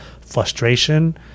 frustration